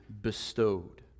bestowed